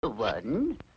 One